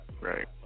right